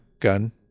gun